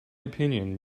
opinion